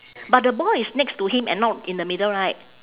but the ball is next to him and not in the middle right